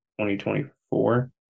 2024